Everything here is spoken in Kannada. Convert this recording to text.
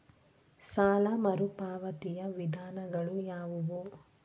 ಸಾಲ ಮರುಪಾವತಿಯ ವಿಧಾನಗಳು ಯಾವುವು?